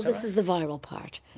this is the viral part.